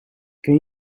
ken